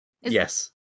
Yes